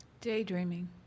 Daydreaming